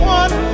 one